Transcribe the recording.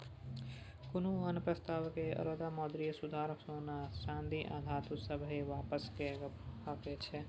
कुनु आन प्रस्ताव के अलावा मौद्रिक सुधार सोना चांदी आ धातु सबहक वापसी के गप कहैत छै